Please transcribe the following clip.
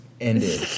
ended